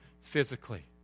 physically